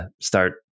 start